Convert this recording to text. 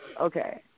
Okay